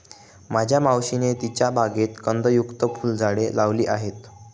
माझ्या मावशीने तिच्या बागेत कंदयुक्त फुलझाडे लावली आहेत